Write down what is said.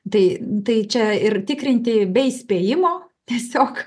tai tai čia ir tikrinti be įspėjimo tiesiog